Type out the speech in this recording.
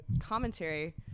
commentary